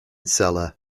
cellar